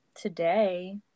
today